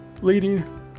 leading